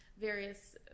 various